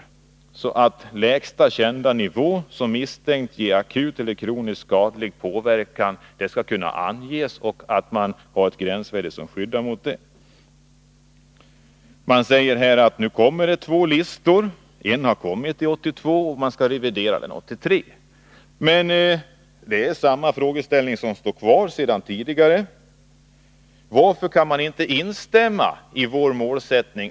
Gränsvärdet skall skydda mot lägsta kända nivå som misstänks ge akut eller kronisk skadlig påverkan, vilken skall anges. Utskottet säger på denna punkt att en ny lista angående hygieniska gränsvärden har kommit 1982 och att den skall revideras 1983. Samma frågeställning står kvar: Varför kan inte utskottet instämma i vår målsättning?